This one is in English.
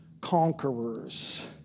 conquerors